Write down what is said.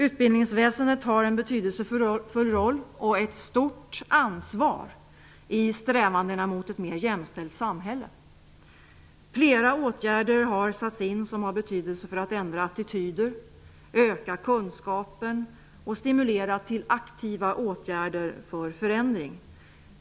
Utbildningsväsendet har en betydelsefull roll och ett stort ansvar i strävandena mot ett mer jämställt samhälle. Flera åtgärder har satts in som har betydelse för att ändra attityder, öka kunskapen och stimulera till aktiva åtgärder för förändring.